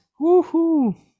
Woohoo